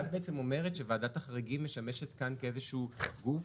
את בעצם אומרת שוועדת החריגים משמשת כאן כאיזשהו גוף,